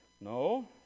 No